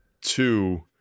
two